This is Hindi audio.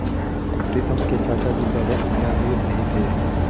प्रीतम के चाचा जी पहले उतने अमीर नहीं थे